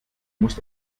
muss